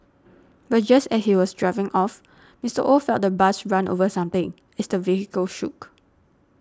but just as he was driving off Mister Oh felt the bus run over something as the vehicle shook